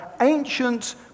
ancient